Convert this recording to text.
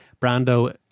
Brando